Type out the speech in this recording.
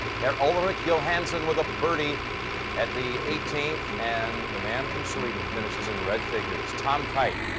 overkill, hanson with a birdie at the eighteenth. and the man from sweden finishes in red figures. tom kite,